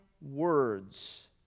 words